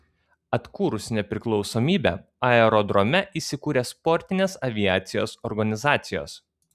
atkūrus nepriklausomybę aerodrome įsikūrė sportinės aviacijos organizacijos